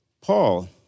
Paul